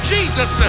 Jesus